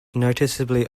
noticeably